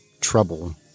Trouble